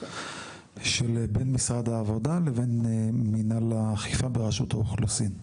המשקים של בין משרד העבודה ולבין מנהל האכיפה ורשות האוכלוסין: